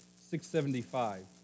675